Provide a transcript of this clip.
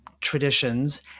traditions